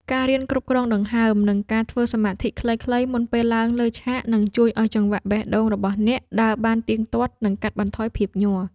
ការរៀនគ្រប់គ្រងដង្ហើម និងការធ្វើសមាធិខ្លីៗមុនពេលឡើងលើឆាក នឹងជួយឱ្យចង្វាក់បេះដូងរបស់អ្នកដើរបានទៀងទាត់ និងកាត់បន្ថយភាពញ័រ។